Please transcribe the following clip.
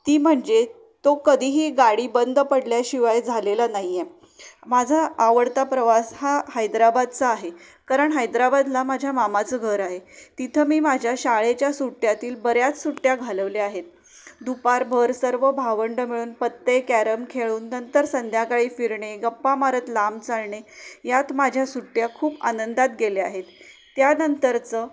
ती म्हणजे तो कधीही गाडी बंद पडल्याशिवाय झालेला नाही आहे माझा आवडता प्रवास हा हैद्राबादचा आहे कारण हैद्राबादला माझ्या मामाचं घर आहे तिथं मी माझ्या शाळेच्या सुट्ट्यातील बऱ्याच सुट्ट्या घालवल्या आहेत दुपारभर सर्व भावंडे मिळून पत्ते कॅरम खेळून नंतर संध्याकाळी फिरणे गप्पा मारत लांब चालणे यात माझ्या सुट्ट्या खूप आनंदात गेल्या आहेत त्यानंतरचं